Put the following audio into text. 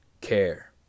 care